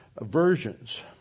versions